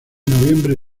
noviembre